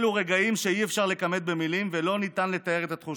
אלו רגעים שאי-אפשר לכמת במילים ולא ניתן לתאר את התחושות.